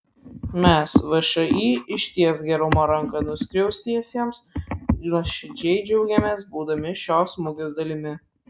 mes všį ištiesk gerumo ranką nuskriaustiesiems nuoširdžiai džiaugiamės būdami šios mugės dalimi